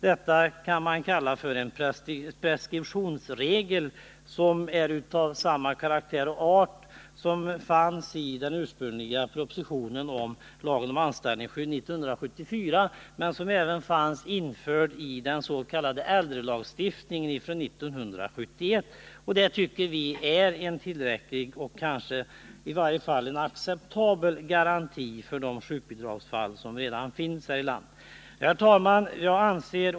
Detta kan man säga är en preskriptionsregel av samma karaktär som den som fanns i den ursprungliga propositionen om lagen om anställningsskydd 1974. Men regeln fanns även införd i den s.k. äldrelagstiftningen av år 1971. Vi tycker att detta är en tillräcklig, eller i varje fall en acceptabel, garanti för de sjukbidragsfall som redan finns här i landet. Herr talman!